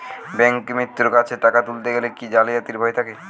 ব্যাঙ্কিমিত্র কাছে টাকা তুলতে গেলে কি জালিয়াতির ভয় থাকে?